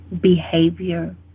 Behavior